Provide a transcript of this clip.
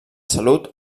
salut